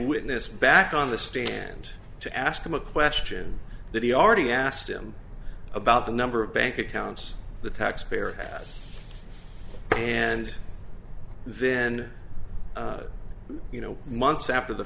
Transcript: witness back on the stand to ask him a question that he already asked him about the number of bank accounts the taxpayer and then you know months after the